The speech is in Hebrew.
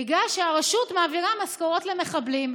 בגלל שהרשות מעבירה משכורות למחבלים.